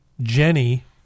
Jenny